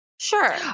Sure